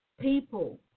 people